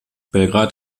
belgrad